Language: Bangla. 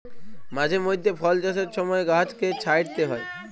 মাঝে মইধ্যে ফল চাষের ছময় গাহাচকে ছাঁইটতে হ্যয়